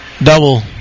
Double